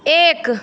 एक